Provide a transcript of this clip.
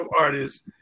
artists